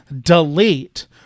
delete